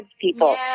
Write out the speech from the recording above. people